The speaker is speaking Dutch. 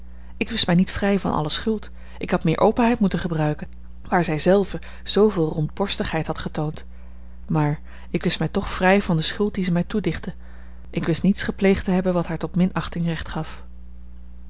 ik wist mij niet vrij van alle schuld ik had meer openheid moeten gebruiken waar zij zelve zooveel rondborstigheid had getoond maar ik wist mij toch vrij van de schuld die zij mij toedichtte ik wist niets gepleegd te hebben wat haar tot minachting recht gaf